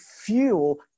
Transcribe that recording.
fuel